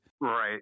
Right